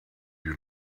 you